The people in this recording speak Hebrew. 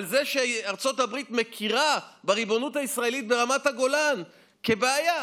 ועל על זה שארצות הברית מכירה בריבונות הישראלית ברמת הגולן כעל בעיה.